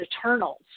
eternals